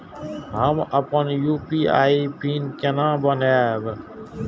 हम अपन UPI PIN केना बनैब?